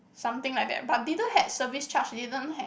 something like that but didn't had service charge didn't had